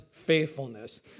faithfulness